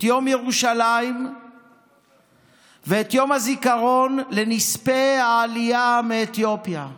את יום ירושלים ואת יום הזיכרון לנספי העלייה מאתיופיה,